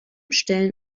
stellen